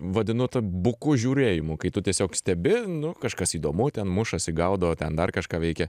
vadinu buku žiūrėjimu kai tu tiesiog stebi nu kažkas įdomu ten mušasi gaudo ten dar kažką veikia